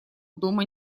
дома